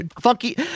funky